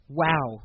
wow